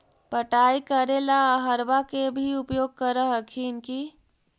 पटाय करे ला अहर्बा के भी उपयोग कर हखिन की?